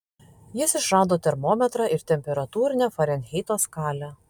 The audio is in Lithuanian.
jis išrado termometrą ir temperatūrinę farenheito skalę